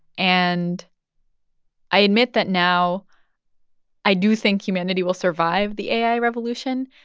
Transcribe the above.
and i admit that now i do think humanity will survive the ai revolution.